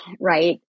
right